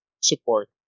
support